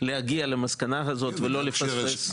להגיע למסקנה הזאת ולא לפספס את זה.